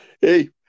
Hey